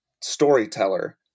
storyteller